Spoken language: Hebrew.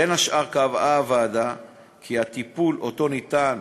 בין השאר קבעה הוועדה כי הטיפול שיהיה ניתן